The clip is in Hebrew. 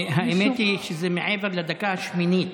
האמת היא שזה מעבר לדקה השמינית.